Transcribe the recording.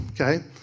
okay